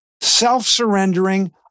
self-surrendering